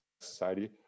society